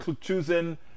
choosing